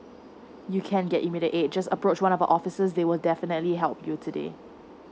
you can get immediate aid just approach one of our officers they will definitely help you today